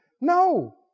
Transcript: No